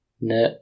No